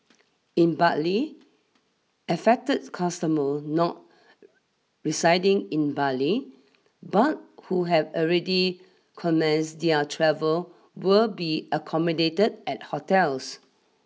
in Bali affected customer not residing in Bali but who have already commenced their travel will be accommodated at hotels